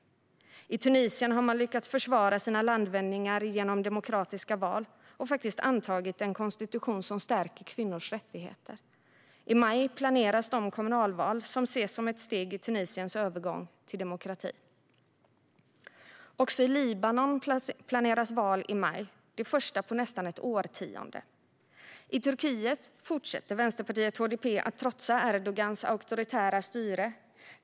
I Tunisien har man lyckats försvara sina landvinningar genom demokratiska val och faktiskt antagit en konstitution som stärker kvinnors rättigheter. I maj planeras de kommunalval som ses som ett steg i Tunisiens övergång till demokrati. Också i Libanon planeras val i maj, det första på nästan ett årtionde. I Turkiet fortsätter vänsterpartiet HDP att trotsa Erdogans auktoritära styre.